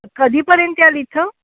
कधीपर्यंत याल इथं